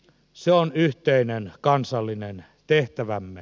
se on yhteinen kansallinen tehtävämme